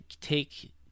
take